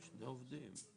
שני עובדים.